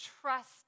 trust